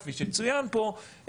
כפי שצוין פה,